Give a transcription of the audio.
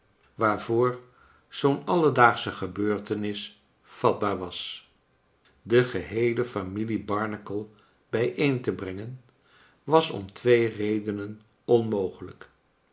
waarvoor zoo'n alledaagsche gebeurtenis vatbaar was de geheele familie barnacle bijeen te brengen was om twee redenen onmogelijk